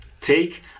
take